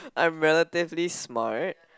I'm relatively smart